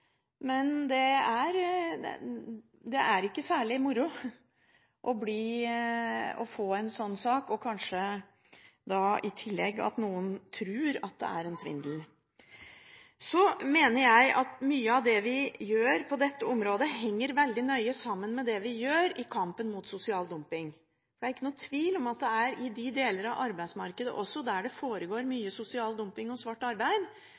Men det er ikke særlig moro å få en sånn sak – og kanskje at noen i tillegg tror at det er svindel. Jeg mener at mye av det vi gjør på dette området, henger veldig nøye sammen med det vi gjør i kampen mot sosial dumping. Det er ikke noen tvil om at i deler av arbeidsmarkedet – også der det foregår mye sosial dumping og svart arbeid